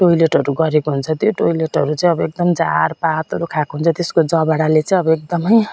टोयलेटहरू गरेको हुन्छ त्यो टोयलेटहरू चाहिँ अब एकदम झार पात खाएको हुन्छ त्यसको जबडाले चाहिँ अब एकदम